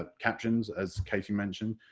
ah captions, as katie mentioned.